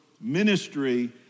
Ministry